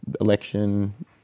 election